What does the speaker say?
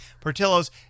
portillo's